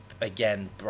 again